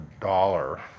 dollar